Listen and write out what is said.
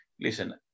Listen